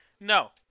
No